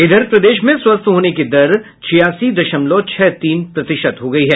इधर प्रदेश में स्वस्थ होने का दर छियासी दशमलव छह तीन हो गया है